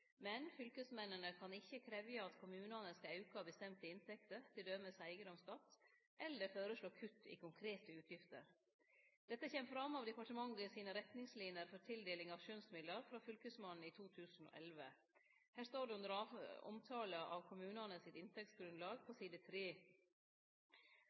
men fylkesmennene kan ikkje krevje at kommunane skal auke bestemte inntekter, t.d. eigedomsskatt, eller føreslå kutt i konkrete utgifter. Dette kjem fram av departementet sine retningslinjer for tildeling av skjønsmidlar frå fylkesmannen i 2011. Her står det under omtalen av kommunane sitt inntektsgrunnlag på